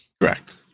Correct